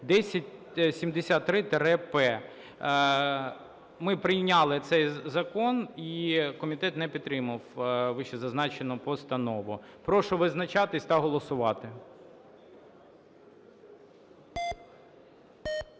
(1073-П). Ми прийняли цей закон, і комітет не підтримав вищезазначену постанову. Прошу визначатись та голосувати.